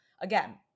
again